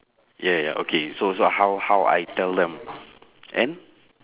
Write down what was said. yeah ya okay so so how how I tell them and